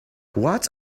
what